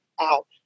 out